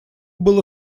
было